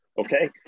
okay